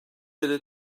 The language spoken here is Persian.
بده